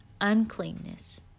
uncleanness